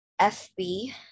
FB